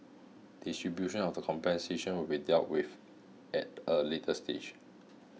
distribution of the compensation will be dealt with at a later stage